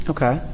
Okay